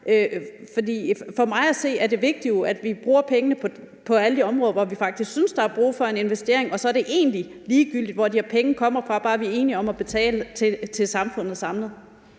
for mig at se er det vigtige jo, at vi bruger pengene på alle de områder, hvor vi faktisk synes der er brug for en investering, og så er det egentlig ligegyldigt, hvor de her penge kommer fra, bare vi er enige om at betale til samfundet samlet.